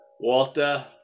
Walter